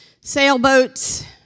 sailboats